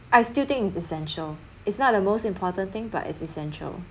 I still think it's essential it's not the most important thing but it's essential